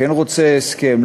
כן רוצה הסכם,